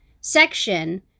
section